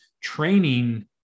training